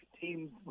teams